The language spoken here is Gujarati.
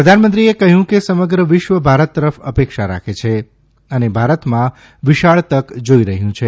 પ્રધાનમંત્રીએ કહ્યું કે સમગ્ર વિશ્વ ભારત તરફ અપેક્ષા રાખે છે અને ભારતમાં વિશાળ તક જોઇ રહ્યું છે